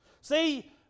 See